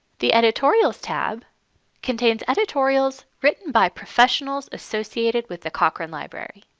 the editorials tab contains editorials written by professionals associated with the cochrane library.